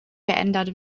geändert